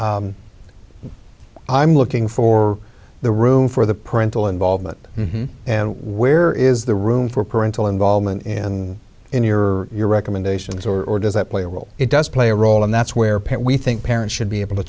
i'm looking for the room for the parental involvement and where is the room for parental involvement in in your your recommendations or does that play a role it does play a role and that's where pitt we think parents should be able to